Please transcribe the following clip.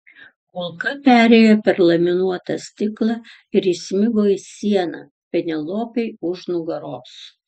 kulka perėjo per laminuotą stiklą ir įsmigo į sieną penelopei už nugaros